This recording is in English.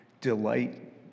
delight